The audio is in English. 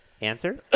answer